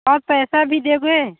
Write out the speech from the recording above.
और पैसे भी देंगे